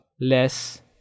less